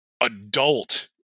adult